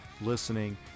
listening